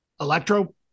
electro-